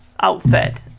outfit